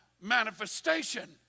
manifestation